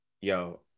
yo